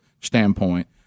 standpoint